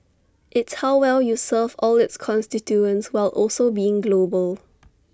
it's how well you serve all its constituents while also being global